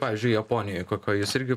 pavyzdžiui japonijoj kokioj jūs irgi